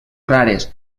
rares